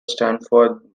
stanford